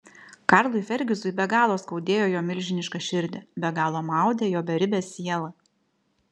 karlui fergizui be galo skaudėjo jo milžinišką širdį be galo maudė jo beribę sielą